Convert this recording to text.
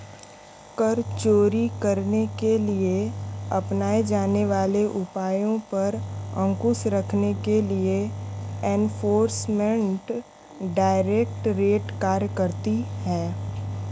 कर चोरी करने के लिए अपनाए जाने वाले उपायों पर अंकुश रखने के लिए एनफोर्समेंट डायरेक्टरेट कार्य करती है